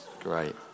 Great